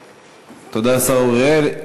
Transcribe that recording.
תודה, השר אורי אריאל.